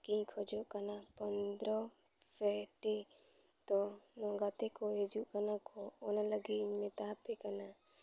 ᱜᱤᱧ ᱠᱷᱚᱡᱚᱜ ᱠᱟᱱᱟ ᱯᱚᱱᱫᱨᱚ ᱯᱮᱴᱤ ᱫᱚ ᱜᱟᱛᱮ ᱠᱚ ᱦᱤᱡᱩᱜ ᱠᱟᱱᱟ ᱠᱚ ᱚᱱᱟ ᱞᱟᱹᱜᱤᱫ ᱤᱧ ᱢᱮᱛᱟ ᱯᱮ ᱠᱟᱱᱟ